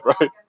right